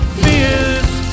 fears